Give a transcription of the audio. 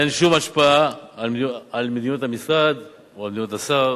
אין שום השפעה על מדיניות המשרד או על מדיניות השר.